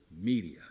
media